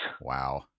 wow